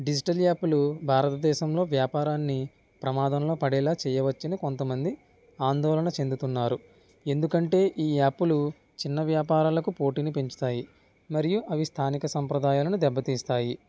digital యాప్లు భారతదేశంలో వ్యాపారాన్ని ప్రమాదంలో పడేలాగా చేయవచ్చని కొంతమంది ఆందోళన చెందుతున్నారు ఎందుకంటే ఈ యాప్లు చిన్న వ్యాపారాలకు పోటీని పెంచుతాయి మరియు అవి స్థానిక సాంప్రదాయాలను దెబ్బతీస్తాయి